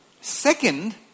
Second